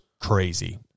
crazy